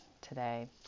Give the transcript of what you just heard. today